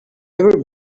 every